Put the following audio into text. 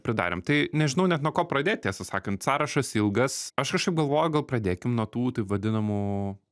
pridarėm tai nežinau net nuo ko pradėt tiesą sakant sąrašas ilgas aš kažkaip galvoju gal pradėkim nuo tų taip vadinamų